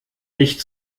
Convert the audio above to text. nicht